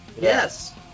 yes